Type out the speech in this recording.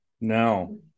No